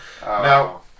Now